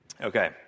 Okay